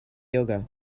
yoga